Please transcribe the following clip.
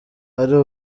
ari